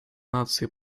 наций